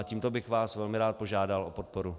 Tímto bych vás velmi rád požádal o podporu.